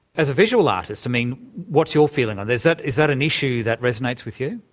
as a visual artist, i mean what's your feeling? is that is that an issue that resonates with you?